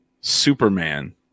Superman